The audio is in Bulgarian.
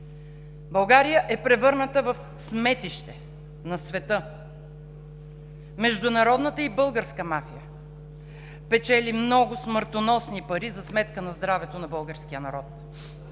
България е превърната в сметище на света. Международната и българската мафия печелят много смъртоносни пари за сметка на здравето на българския народ